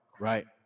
Right